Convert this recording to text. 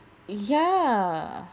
yeah